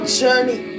journey